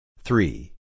Three